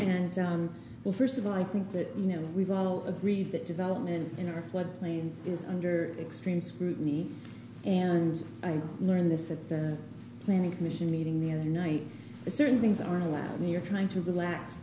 and well first of all i think that you know we've all agreed that development in our flood plains is under extreme scrutiny and i learned this at the planning commission meeting the other night is certain things are allowed when you're trying to relax